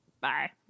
bye